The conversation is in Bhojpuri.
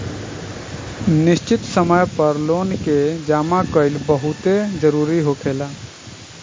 निश्चित समय पर लोन के जामा कईल बहुते जरूरी होखेला